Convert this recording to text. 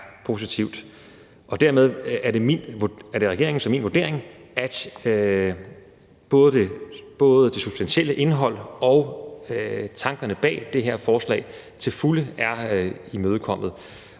Dermed er det min og regeringens vurdering, at både det substantielle indhold og tankerne bag det her forslag til fulde er imødekommet.